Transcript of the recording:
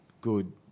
good